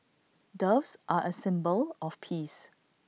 doves are A symbol of peace